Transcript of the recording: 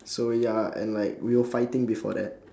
so ya and like we were fighting before that